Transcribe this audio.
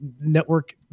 network